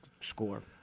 score